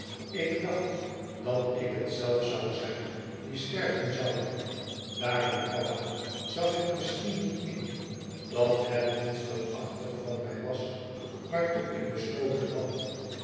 ik dacht dat ik het zelf zoû zijn die sterven zoû daarom papa zag ik misschien niet in dat het monsterachtig van mij was waartoe ik besloten had